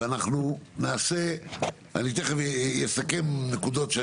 אני אסכם נקודות.